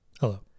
Hello